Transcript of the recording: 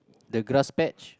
the grass patch